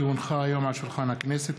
כי הונחה היום על שולחן הכנסת,